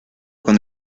con